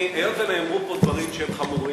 היות שנאמרו פה דברים שהם חמורים,